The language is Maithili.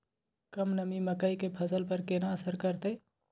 कम नमी मकई के फसल पर केना असर करतय?